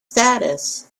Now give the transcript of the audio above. status